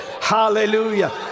Hallelujah